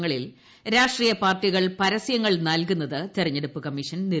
ങ്ങളിൽ രാഷ്ട്രീയ പാർട്ടികൾ പരസൃങ്ങൾ നൽകുന്ന ത് തെരെഞ്ഞെടുപ്പ് ക്ടമ്മീഷൻ നിരോധിച്ചു